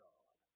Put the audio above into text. God